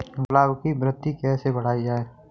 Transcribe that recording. गुलाब की वृद्धि कैसे बढ़ाई जाए?